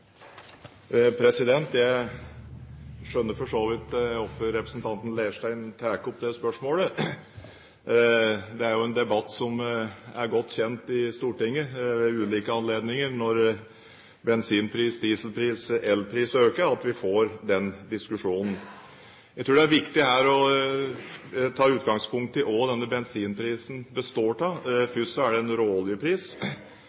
Jeg skjønner for så vidt hvorfor representanten Leirstein tar opp det spørsmålet. Det er jo godt kjent i Stortinget at vi ved ulike anledninger, når bensinpris, dieselpris og elpris øker, får den diskusjonen. Jeg tror det er viktig her å ta utgangspunkt i hva bensinprisen består av.